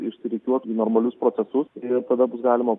išsirikiuotų į normalius procesus ir tada bus galima